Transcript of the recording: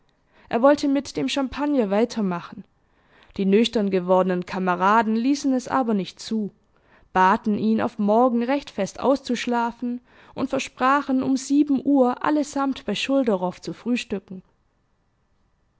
er wollte mit dem champagner weiter machen die nüchtern gewordenen kameraden ließen es aber nicht zu baten ihn auf morgen recht fest auszuschlafen und versprachen um sieben uhr allesamt bei schulderoff zu frühstücken